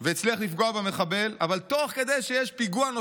אבל הצליח לפגוע במחבל.